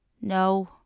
No